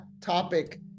topic